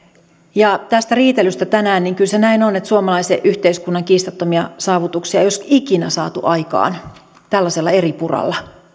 ja mitä tulee tähän riitelyyn tänään niin kyllä se näin on että suomalaisen yhteiskunnan kiistattomia saavutuksia ei olisi ikinä saatu aikaan tällaisella eripuralla